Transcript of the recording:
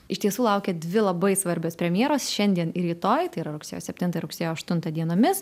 iš tiesų laukia dvi labai svarbios premjeros šiandien ir rytoj tai yra rugsėjo septintą ir rugsėjo aštuntą dienomis